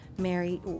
Mary